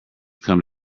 come